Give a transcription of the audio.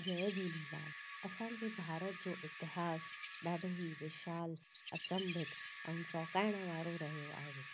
जय झूलेलाल असांजे भारत जो इतिहास ॾाढो ई विशाल अचंभित ऐं चौकाइण वारो रहियो आहे